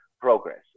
progress